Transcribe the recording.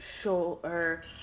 shoulder